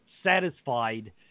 satisfied